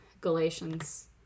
Galatians